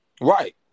Right